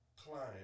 client